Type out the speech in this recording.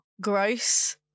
gross